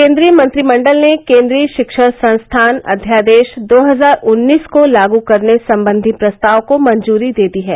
केंद्रीय मंत्रिमंडल ने केंद्रीय शिक्षण संस्थान अध्यादेश दो हजार उन्नीस को लागू करने संबंधी प्रस्ताव को मंजूरी दे दी है